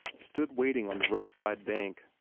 stood waiting on the roadside bank.